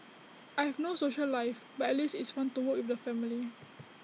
I have no social life but at least it's fun to work with the family